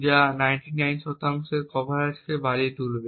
যা 99 শতাংশের কভারেজকে বাড়িয়ে তুলবে